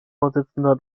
vorsitzender